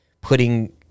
putting